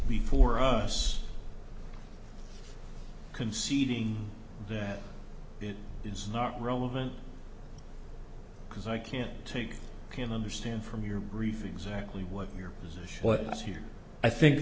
before us conceding that it is not relevant because i can't take can understand from your grief exactly what you're what is here i think